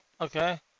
okay